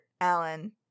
Alan